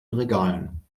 regalen